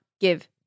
give